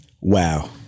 Wow